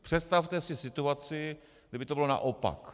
Představte si situaci, kdy by to bylo naopak.